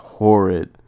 Horrid